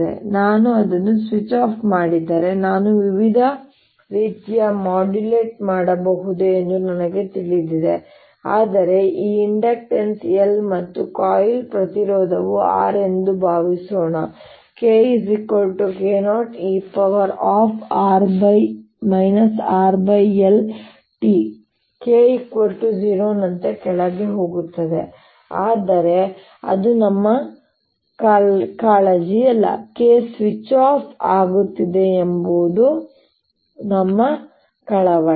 ಈಗ ನಾನು ಅದನ್ನು ಸ್ವಿಚ್ ಆಫ್ ಮಾಡಿದರೆ ನಾನು ವಿವಿಧ ರೀತಿಯಲ್ಲಿ ಮಾಡ್ಯುಲೇಟ್ ಮಾಡಬಹುದೇ ಎಂದು ನನಗೆ ತಿಳಿದಿದೆ ಆದರೆ ಈ ಇಂಡಕ್ಟನ್ಸ್ L ಮತ್ತು ಕಾಯಿಲ್ ನ ಪ್ರತಿರೋಧವು R ಎಂದು ಭಾವಿಸೋಣ ನಂತರ k K0e RLt K 0 ನಂತೆ ಕೆಳಗೆ ಹೋಗುತ್ತದೆ ಆದರೆ ಅದು ನಮ್ಮ ಕಾಳಜಿಯಲ್ಲ k ಸ್ವಿಚ್ ಆಫ್ ಆಗುತ್ತಿದೆ ಎಂಬುದು ನಮ್ಮ ಕಳವಳ